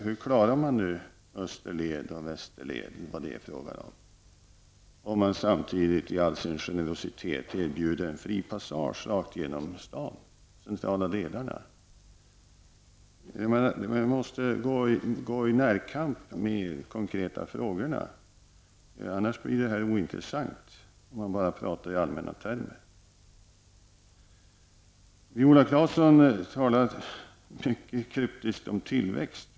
Hur klarar man att bygga en österled, en västerled, osv. om man samtidigt i all sin generositet erbjuder en fri passage rakt i genom de centrala delarna av staden? Man måste gå i närkamp med de konkreta frågorna. Det blir ointressant om man bara talar i allmänna termer. Viola Claesson talade mycket kryptiskt om tillväxt.